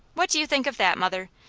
what do you think of that, mother?